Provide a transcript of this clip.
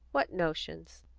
what notions?